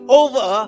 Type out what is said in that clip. over